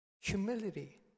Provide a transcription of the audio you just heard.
humility